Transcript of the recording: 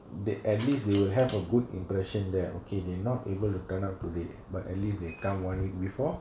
they at least they have a good impression that okay they not able to turn out today but at least they come one week before